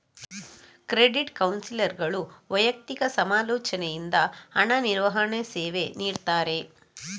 credit ಕೌನ್ಸಿಲರ್ಗಳು ವೈಯಕ್ತಿಕ ಸಮಾಲೋಚನೆಯಿಂದ ಹಣ ನಿರ್ವಹಣೆ ಸೇವೆ ನೀಡ್ತಾರೆ